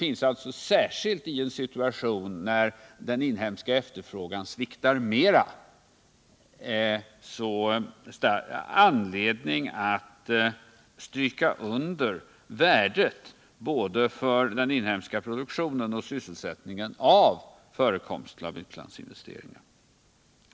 I en situation då den inhemska efterfrågan sviktar finns det så mycket större anledning att understryka värdet av utlandsinvesteringar för den inhemska produktionen och sysselsättningen.